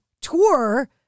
tour